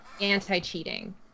anti-cheating